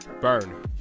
Burn